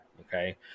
Okay